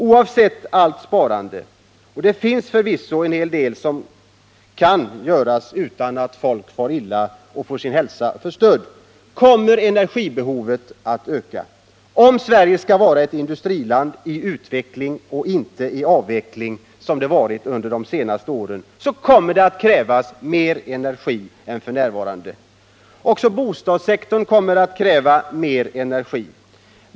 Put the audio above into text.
Oavsett allt sparande — och det finns förvisso en hel del som kan göras utan att folk far illa och får sin hälsa förstörd — kommer energibehovet att öka. Om Sverige skall vara ett industriland i utveckling, inte i avveckling som det varit de senaste åren, kommer det att krävas väsentligt mer energi än nu. Också bostadssektorn kommer att kräva mer energi.